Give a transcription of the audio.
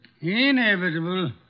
inevitable